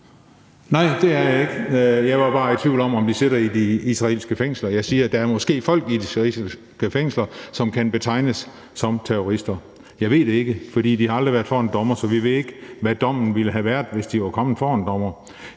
Nej, det er jeg ikke. Jeg er bare i tvivl om, om de sidder i de israelske fængsler. Jeg siger, at der måske er folk i de israelske fængsler, som kan betegnes som terrorister. Jeg ved det ikke, for de har aldrig været for en dommer, så vi ved ikke, hvad dommen ville have været, hvis de var kommet for en dommer.